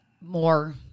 More